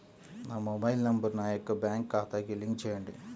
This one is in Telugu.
నా మొబైల్ నంబర్ నా యొక్క బ్యాంక్ ఖాతాకి లింక్ చేయండీ?